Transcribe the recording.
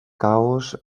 caos